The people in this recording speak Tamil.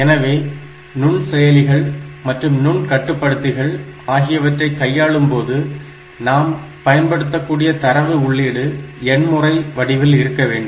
எனவே நுண்செயலிகள் மற்றும் நுண்கட்டுப்படுத்திகள் ஆகியவற்றை கையாளும்போது நாம் பயன்படுத்தக்கூடிய தரவு உள்ளீடு எண்முறை வடிவில் இருக்க வேண்டும்